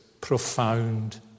profound